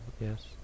yes